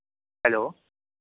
hello